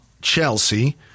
Chelsea